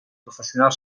professional